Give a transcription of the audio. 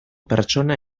pertsona